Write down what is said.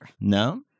No